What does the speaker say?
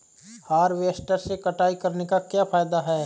Harvester से कटाई करने से क्या फायदा है?